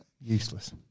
Useless